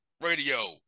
radio